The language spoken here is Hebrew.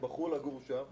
הם בחרו לגור שם